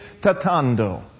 tatando